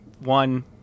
One